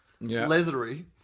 leathery